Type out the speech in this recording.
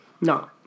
No